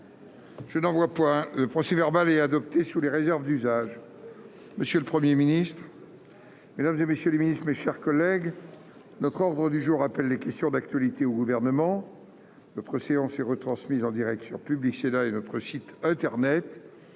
Je n'en vois pas un procès-verbal et adoptée sous les réserves d'usage, monsieur le 1er ministre. Mesdames et messieurs les ministres, mes chers collègues, notre ordre du jour appelle les questions d'actualité au gouvernement notre séance est retransmise en Direct sur publie. C'est là et notre site internet,